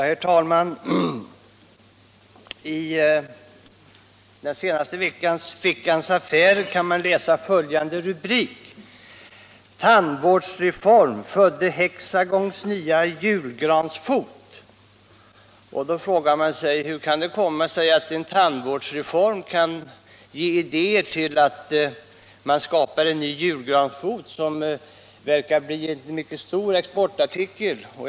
Herr talman! I det senaste numret av Veckans Affärer kan man läsa följande rubrik: ”Tandvårdsreform födde Hexagons nya julgransfot.” Då frågar man sig hur det kan komma sig att en tandvårdsreform kan ge idéer till att skapa en ny julgransfot som verkar bli en mycket stor exportartikel.